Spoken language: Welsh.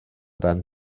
dan